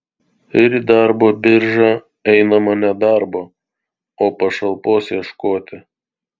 ir į darbo biržą einama ne darbo o pašalpos ieškoti